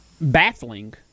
Baffling